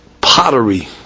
pottery